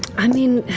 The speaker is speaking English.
i mean,